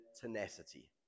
tenacity